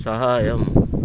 సహాయం